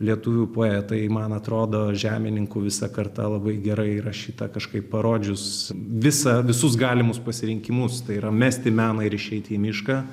lietuvių poetai man atrodo žemininkų visa karta labai gerai įrašyta kažkaip parodžius visą visus galimus pasirinkimus tai yra mesti meną ir išeiti į mišką